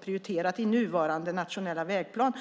prioriterad i nuvarande nationella vägplan.